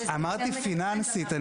אמרתי פיננסית.